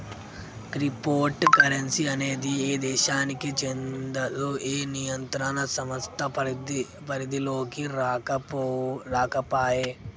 crypto currency అనేది ఏ దేశానికీ చెందదు, ఏ నియంత్రణ సంస్థ పరిధిలోకీ రాకపాయే